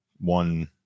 one